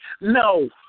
no